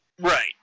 Right